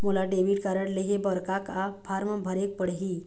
मोला debit card लेहे बर का का फार्म भरेक पड़ही?